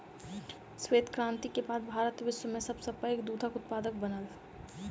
श्वेत क्रांति के बाद भारत विश्व में सब सॅ पैघ दूध उत्पादक बनल